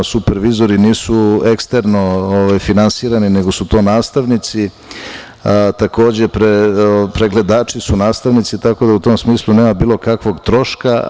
Supervizori nisu eksterno finansirani, nego su to nastavnici, takođe pregledači su nastavnici, tako da u tom smislu nema bilo kakvog troška.